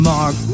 Mark